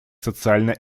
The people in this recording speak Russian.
социально